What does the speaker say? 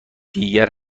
دیگر